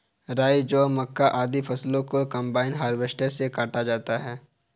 राई, जौ, मक्का, आदि फसलों को कम्बाइन हार्वेसटर से काटा जाता है